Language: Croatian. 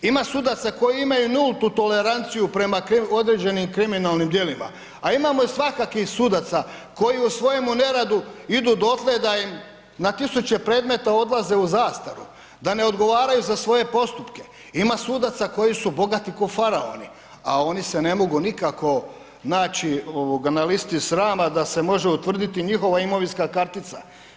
Ima sudaca koji imaju nultu toleranciju prema određenim kriminalnim djelima, a imamo i svakakvih sudaca, koji u svojem neradu idu dotle da im na 1000 predmeta odlaze u zastaru, da ne odgovaraju za svoje postupke, ima sudaca koji su bogati kao faraoni, a oni se ne mogu nikako naći na listi srama da se može utvrditi njihova imovinska kartica.